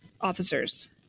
officers